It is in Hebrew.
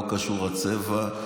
לא קשור הצבע,